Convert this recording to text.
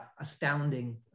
astounding